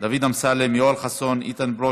דוד אמסלם, יואל חסון, איתן ברושי,